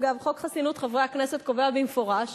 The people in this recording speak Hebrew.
אגב, חוק חסינות חברי הכנסת קובע במפורש